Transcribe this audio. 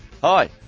Hi